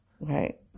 Right